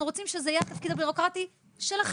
רוצים שזה יהיה התפקיד הבירוקרטי שלכם.